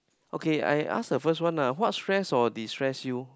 okay I ask the first one lah what stress or distress you